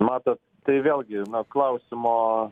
matot tai vėlgi na klausimo